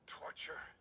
torture